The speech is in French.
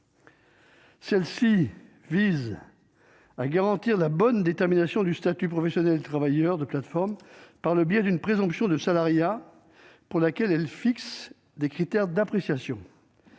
vise à garantir la bonne détermination du statut professionnel des travailleurs de plateformes par le biais d'une présomption de salariat, pour laquelle elle fixe des critères d'appréciation.